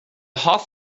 hoff